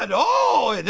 and oh, and